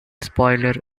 spoiler